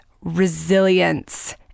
resilience